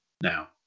Now